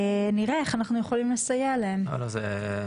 נראה איך אנחנו יכולים לסייע להם.